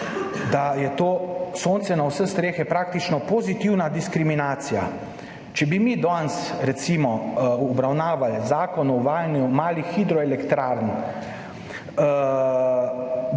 da je to, sonce na vse strehe, praktično pozitivna diskriminacija. Če bi mi danes recimo obravnavali zakon o uvajanju malih hidroelektrarn,